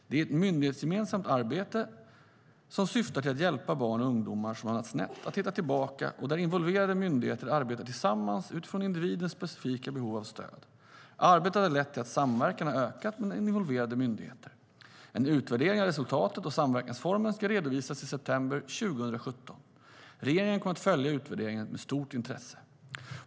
Det är ett myndighetsgemensamt arbete som syftar till att hjälpa barn och ungdomar som hamnat snett att hitta tillbaka och där involverade myndigheter arbetar tillsammans utifrån individens specifika behov av stöd. Arbetet har lett till att samverkan har ökat mellan involverade myndigheter. En utvärdering av resultatet och samverkansformen ska redovisas i september 2017. Regeringen kommer att följa utvärderingen med stort intresse.